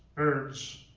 birds,